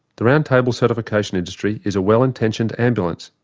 the roundtable certification industry is a well-intentioned ambulance,